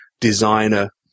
designer